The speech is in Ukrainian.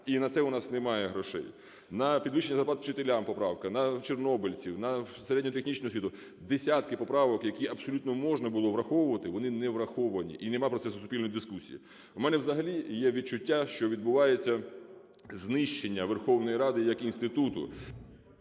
і на це у нас немає грошей. На підвищення зарплати вчителям поправка, на чорнобильців, на середню технічну освіту. Десятки поправок, які абсолютно можна було враховувати – вони не враховані і нема процесу суспільної дискусії. В мене взагалі є відчуття, що відбувається знищення Верховної Ради як інституту.